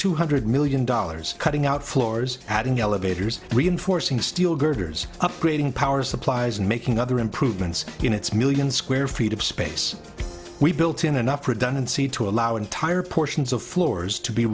hundred million dollars cutting out floors adding elevators reinforcing steel girders upgrading power supplies and making other improvements in its million square feet of space we built enough redundancy to allow entire portions of floors to be